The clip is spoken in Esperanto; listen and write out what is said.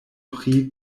pri